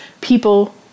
people